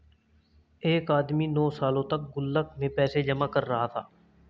एक आदमी नौं सालों तक गुल्लक में पैसे जमा कर रहा था